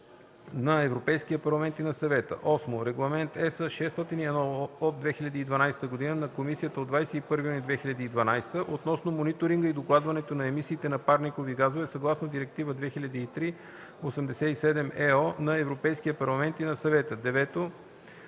на Европейския парламент и на Съвета; 8. Регламент (ЕС) № 601/2012 на Комисията от 21 юни 2012 г. относно мониторинга и докладването на емисиите на парникови газове съгласно Директива 2003/87/ЕО на Европейския парламент и на Съвета; 9.